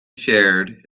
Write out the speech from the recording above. shared